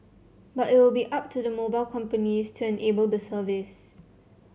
but it will be up to the mobile companies to enable the service